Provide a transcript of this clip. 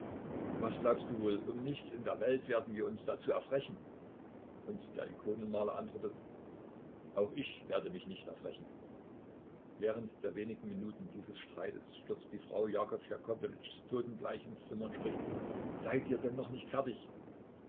was glaubst du wohl um nichts in der welt werden wir uns dazu erfrechen und der ikonenmaler antwortet auch ich werde mich nicht erfrechen während der wenigen minuten dieses streites stürzt plötzlich die frau jakow jakowlewitschs totenbleich ins zimmer und spricht seid ihr denn noch nicht fertig